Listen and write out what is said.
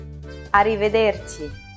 Arrivederci